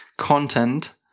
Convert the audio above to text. content